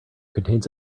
contains